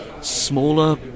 smaller